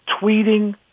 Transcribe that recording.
tweeting